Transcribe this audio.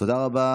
תודה רבה